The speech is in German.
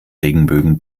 regenbögen